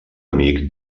amic